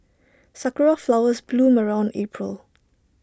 Sakura Flowers bloom around April